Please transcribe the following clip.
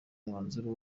umwanzuro